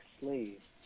slave